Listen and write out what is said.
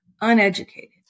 uneducated